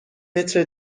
متر